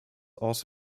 also